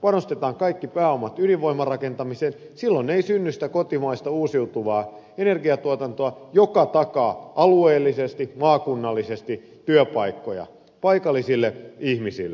panostetaan kaikki pääomat ydinvoimarakentamiseen silloin ei synny sitä kotimaista uusiutuvaa energiatuotantoa joka takaa alueellisesti maakunnallisesti työpaikkoja paikallisille ihmisille